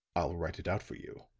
i'll write it out for you.